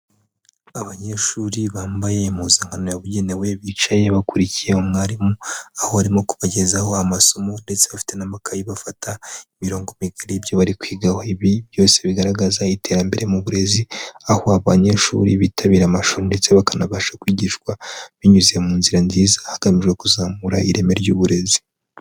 Abanyeshuri bambaye impuzankano yabugenewe bicaye bakurikiye umwarimu, aho arimo kubagezaho amasomo ndetse bafite n'amakayi bafata imirongo migari y'ibyo bari kwigaho, ibi byose bigaragaza iterambere mu burezi, aho abanyeshuri bitabira amashuri ndetse bakanabasha kwigishwa binyuze mu nzira nziza hagamijwe kuzamura ireme ry'uburezi.